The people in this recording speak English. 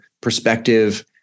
perspective